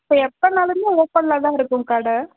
so எத்தனை நாளிலேர்ந்து ஓப்பனில்தான் இருக்கும் கடை